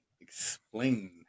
Explain